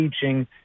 teaching